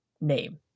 name